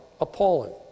appalling